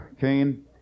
Cain